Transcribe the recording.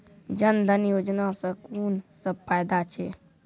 जनधन योजना सॅ कून सब फायदा छै?